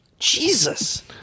Jesus